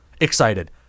excited